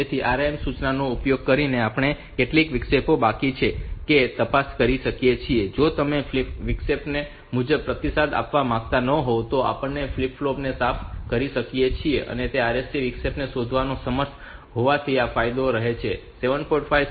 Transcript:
તેથી RIM સૂચનાનો ઉપયોગ કરીને આપણે કોઈપણ વિક્ષેપો બાકી છે કે કેમ તે તપાસી શકીએ છીએ અને જો તમે તે વિક્ષેપને તે મુજબ પ્રતિસાદ આપવા માંગતા ન હોવ તો આપણે તે ફ્લિપ ફ્લોપ ને સાફ કરી શકીએ છીએ તેથી RST ના વિક્ષેપને શોધવામાં સમર્થ હોવાનો આ ફાયદો છે કહો કે 7